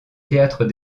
théâtre